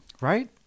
Right